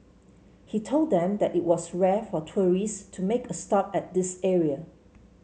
he told them that it was rare for tourists to make a stop at this area